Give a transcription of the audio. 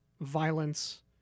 violence